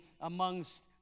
amongst